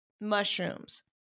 mushrooms